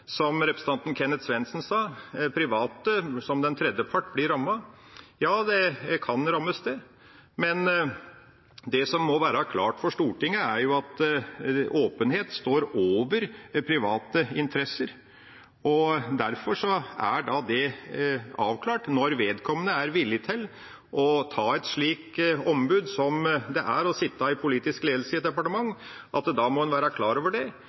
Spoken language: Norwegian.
private. Representanten Kenneth Svendsen sa at private som tredjepart blir rammet. Ja, de kan rammes, men det som må være klart for Stortinget, er at åpenhet står over private interesser. Derfor er det avklart. Når vedkommende er villig til å ta på seg ombudsrollen å sitte i politisk ledelse i et departement, må en være klar over det.